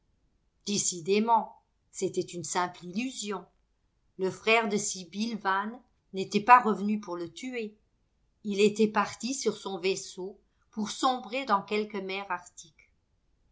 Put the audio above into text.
décidément c'était une simple illusion le frère de sibyl yane n'était pas revenu pour le tuer était parti sur son vaisseau pour sombrer dans quelque mer